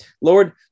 Lord